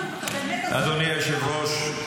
אדוני היושב-ראש,